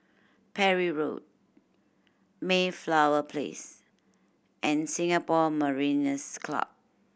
Parry Road Mayflower Place and Singapore Mariners' Club